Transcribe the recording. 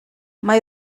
mae